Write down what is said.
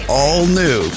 all-new